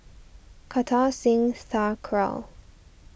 Kartar Singh Thakral